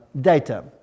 data